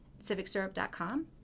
civicsyrup.com